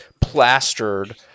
plastered